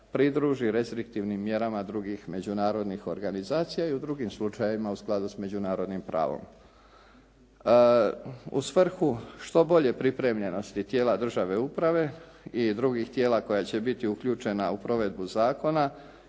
pridruži restriktivnim mjerama drugih međunarodnih organizacija i u drugim slučajevima u skladu s međunarodnim pravom. U svrhu što bolje pripremljenosti tijela državne uprave i drugih tijela koje će biti uključena u provedbu zakona